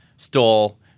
Stole